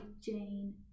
Jane